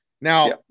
Now